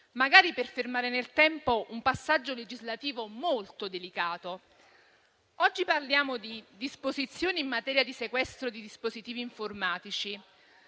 magari per fermare nel tempo un passaggio legislativo molto delicato. Oggi parliamo di disposizioni in materia di sequestro di dispositivi informatici.